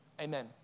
Amen